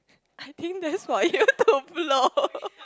I think that's why you're too blur